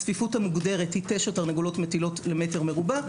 הצפיפות המוגדרת היא תשע תרנגולות מטילות למטר מרובע,